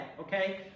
okay